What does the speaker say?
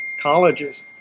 colleges